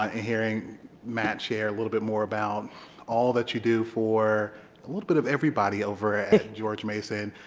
ah hearing matt share a little bit more about all that you do for a little bit of everybody over at george mason,